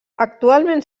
actualment